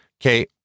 Okay